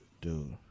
Dude